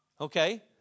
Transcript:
Okay